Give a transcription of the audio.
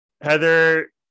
Heather